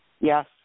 Yes